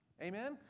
Amen